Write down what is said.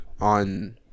on